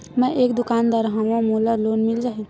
मै एक दुकानदार हवय मोला लोन मिल जाही?